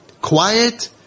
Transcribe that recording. quiet